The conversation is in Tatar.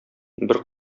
бер